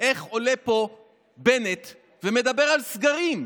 איך עולה פה בנט ומדבר על סגרים.